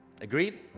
Agreed